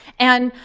and